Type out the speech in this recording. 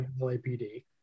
lapd